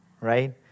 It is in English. right